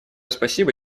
спасибо